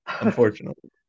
unfortunately